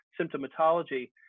symptomatology